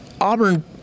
Auburn